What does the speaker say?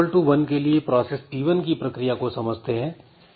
i 1 के लिए process P1 की प्रक्रिया को समझते हैं